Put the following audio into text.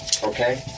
okay